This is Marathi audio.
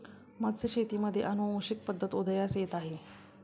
मत्स्यशेतीमध्ये अनुवांशिक पद्धत उदयास येत आहे